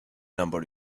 number